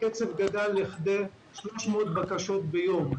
קצב גדל לכדי 300 בקשות ליום.